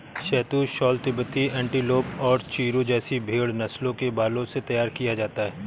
शहतूश shawl तिब्बती antelope और चिरु जैसी भेड़ नस्लों के बालों से तैयार किया जाता है